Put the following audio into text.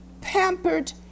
pampered